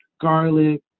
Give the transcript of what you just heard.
garlic